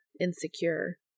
insecure